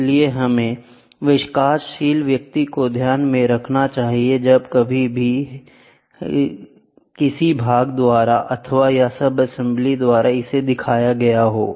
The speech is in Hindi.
इसलिए हमें विकासशील व्यक्ति को ध्यान में रखना चाहिए जब कभी भी है किसी भाग द्वारा अथवा सब असेंबली द्वारा दिखाया गया हो